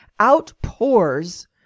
outpours